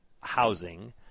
housing